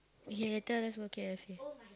okay later let's go K_F_C